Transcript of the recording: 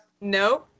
No